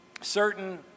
certain